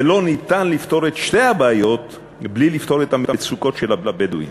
ולא ניתן לפתור את שתי הבעיות בלי לפתור את המצוקות של הבדואים,